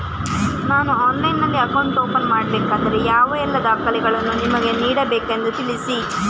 ನಾನು ಆನ್ಲೈನ್ನಲ್ಲಿ account open ಮಾಡಬೇಕಾದರೆ ಯಾವ ಎಲ್ಲ ದಾಖಲೆಗಳನ್ನು ನಿಮಗೆ ನೀಡಬೇಕೆಂದು ತಿಳಿಸಿ?